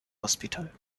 hospital